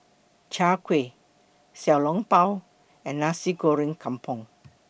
Chai Kueh Xiao Long Bao and Nasi Goreng Kampung